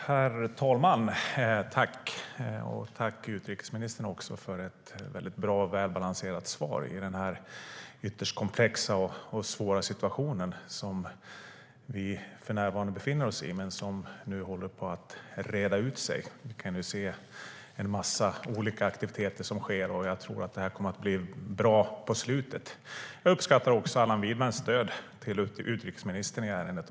Herr talman! Jag tackar utrikesministern för ett bra och välbalanserat svar i den ytterst komplexa och svåra situation som vi för närvarande befinner oss i men som nu håller på att reda ut sig. Det sker en massa olika aktiviteter. Jag tror att det här kommer att bli bra på slutet. Jag uppskattar också Allan Widmans stöd till utrikesministern i ärendet.